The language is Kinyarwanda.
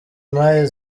mayi